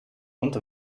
und